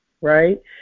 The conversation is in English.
right